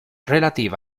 relative